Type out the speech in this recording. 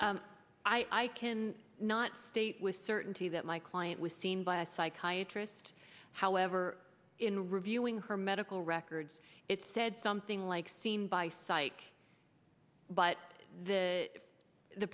i can not state with certainty that my client was seen by a psychiatrist however in reviewing her medical records it said something like seen by psych but the the